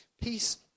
peace